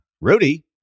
Rudy